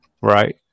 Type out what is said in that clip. Right